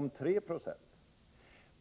Men förslaget